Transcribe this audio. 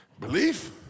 Belief